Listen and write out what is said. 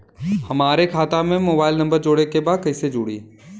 हमारे खाता मे मोबाइल नम्बर जोड़े के बा कैसे जुड़ी?